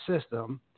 system